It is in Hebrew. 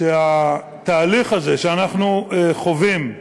שהתהליך הזה שאנחנו חווים,